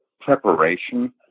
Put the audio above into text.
preparation